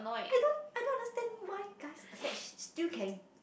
I don't I don't understand why guys attached still can